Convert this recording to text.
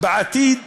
בעתיד